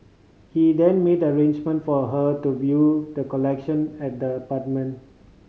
he then made arrangement for her to view the collection at the apartment